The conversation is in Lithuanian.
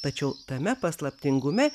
tačiau tame paslaptingume